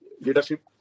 leadership